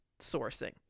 sourcing